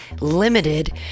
limited